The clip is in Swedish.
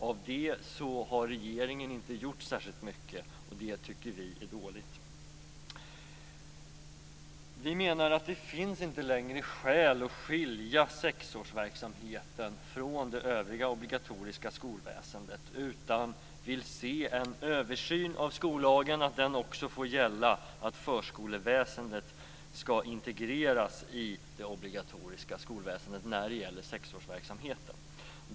Av det har regeringen inte gjort särskilt mycket, och det tycker vi är dåligt. Vi i Centerpartiet menar att det inte längre finns skäl att skilja sexårsverksamheten från det övriga obligatoriska skolväsendet. Vi vill se en översyn av skollagen så att den också får gälla att förskoleväsendet skall integreras i det obligatoriska skolväsendet när det gäller sexårsverksamheten.